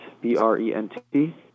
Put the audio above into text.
B-R-E-N-T